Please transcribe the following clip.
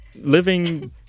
living